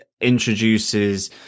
introduces